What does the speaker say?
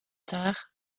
tard